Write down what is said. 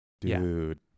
dude